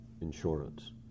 insurance